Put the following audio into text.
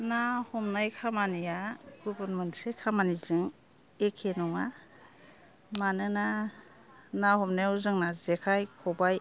ना हमनाय खामानिया गुबुन मोनसे खामानिजों एके नङा मानोना ना हमनायाव जोंना जेखाय खबाय